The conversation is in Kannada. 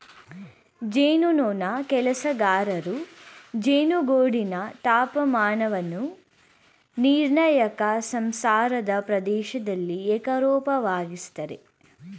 ಜೇನುನೊಣ ಕೆಲಸಗಾರರು ಜೇನುಗೂಡಿನ ತಾಪಮಾನವನ್ನು ನಿರ್ಣಾಯಕ ಸಂಸಾರದ ಪ್ರದೇಶ್ದಲ್ಲಿ ಏಕರೂಪವಾಗಿಸ್ತರೆ